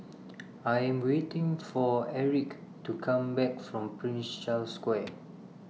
I Am waiting For Enrique to Come Back from Prince Charles Square